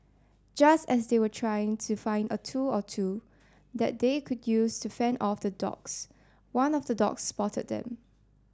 just as they were trying to find a tool or two that they could use to fend off the dogs one of the dogs spotted them